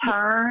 turn